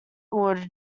would